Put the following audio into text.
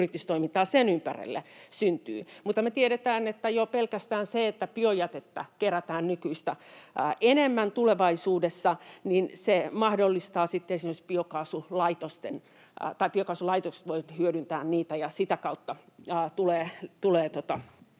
yritystoimintaa sen ympärille syntyy. Mutta me tiedetään, että jo pelkästään se, että biojätettä kerätään nykyistä enemmän tulevaisuudessa, mahdollistaa sitten sen, että biokaasulaitokset voivat hyödyntää sitä, ja sitä kautta tulee